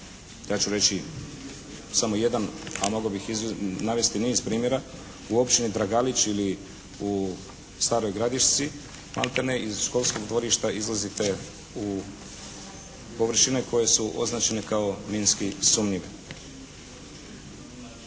ja ću reći samo jedan, a mogao bih navesti niz primjera. U općini Dragalić ili u Staroj Gradišci maltene iz školskog dvorišta izlazite u površine koje su označene kao minski sumnjive.